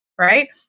right